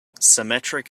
symmetric